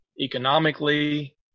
economically